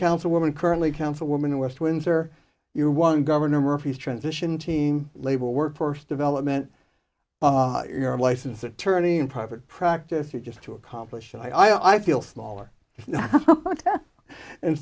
councilwoman currently councilwoman west windsor you want governor murphy's transition team label workforce development you're a licensed attorney in private practice or just to accomplish i i feel smaller and